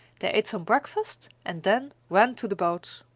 they ate some breakfast and then ran to the boat.